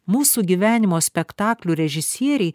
mūsų gyvenimo spektaklių režisieriai